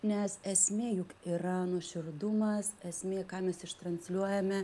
nes esmė juk yra nuoširdumas esmė ką mes ištransliuojame